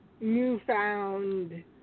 newfound